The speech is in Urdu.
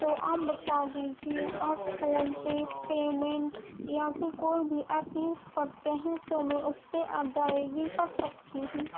تو آپ بتا دیجیے آپ فون پے پیمنٹ یا پھر کوئی بھی آپ یوز کرتے ہیں تو میں اس پہ ادائیگی کر سکتی ہوں